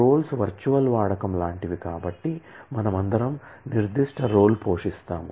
roles virtual వాడకం లాంటివి కాబట్టి మనమందరం నిర్దిష్ట రోల్ పోషిస్తాం